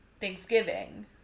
Thanksgiving